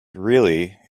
really